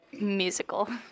musical